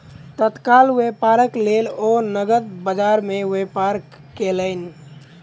तत्काल व्यापारक लेल ओ नकद बजार में व्यापार कयलैन